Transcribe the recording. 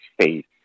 face